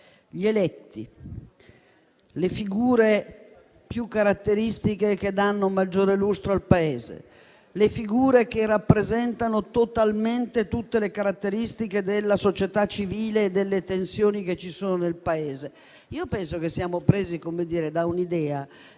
gli eletti, le figure che danno maggiore lustro al Paese e le figure che rappresentano tutte le caratteristiche della società civile e le tensioni che ci sono nel Paese? Io penso che siamo presi da un'idea